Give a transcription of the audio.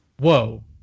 whoa